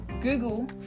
Google